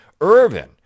Irvin